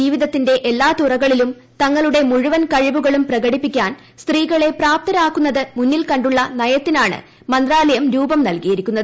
ജീവിതത്തിന്റെ എല്ലാ തുറകളിലും തങ്ങളുടെ മുഴുവൻ കഴിവുകളും പ്രകടിപ്പിക്കാൻ സ്ത്രീകളെ പ്രാപ്തരാക്കുന്നത് മുന്നിൽകണ്ടുള്ള നയത്തിനാണ് മന്ത്രാലയം രൂപം നൽകിയിരിക്കുന്നത്